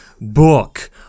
book